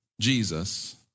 Jesus